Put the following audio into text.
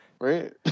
Right